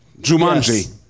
Jumanji